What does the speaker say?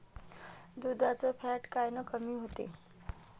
दुधाचं फॅट कायनं कमी होते?